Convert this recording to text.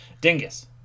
Dingus